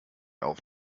auf